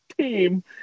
team